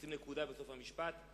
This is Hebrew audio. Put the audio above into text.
לשים נקודה בסוף המשפט.